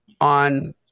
on